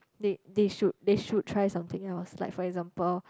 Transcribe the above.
they they should they should try something else like for example